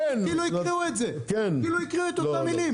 כאילו הקריאו אותן מילים